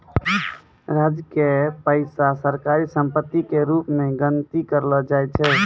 राज्य के पैसा सरकारी सम्पत्ति के रूप मे गनती करलो जाय छै